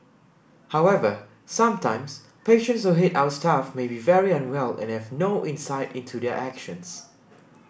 however sometimes patients who hit our staff may be very unwell and have no insight into their actions